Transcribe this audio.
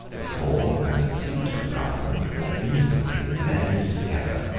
the form and the seat of government were intimately blended together,